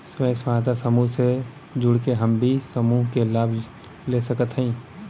स्वयं सहायता समूह से जुड़ के हम भी समूह क लाभ ले सकत हई?